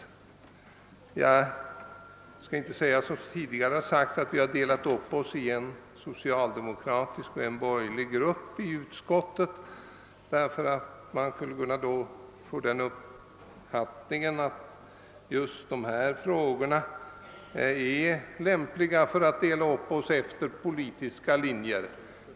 Jag vill inte säga, såsom någon tidigare har sagt i debatten, att vi har delat upp oss i en socialdemokratisk och en borgerlig grupp i utskottet; det skulle kunna ge intrycket att dessa frågor lämpar sig att delas upp efter partipolitiska linjer.